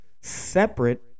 Separate